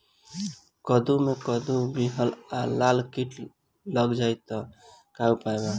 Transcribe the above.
कद्दू मे कद्दू विहल या लाल कीट लग जाइ त का उपाय बा?